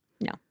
No